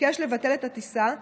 ביקש לבטל את הטיסה,